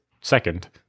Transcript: second